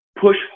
Push